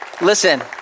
listen